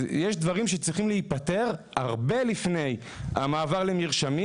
יש דברים שצריכים להיפתר הרבה לפני המעבר למרשמים,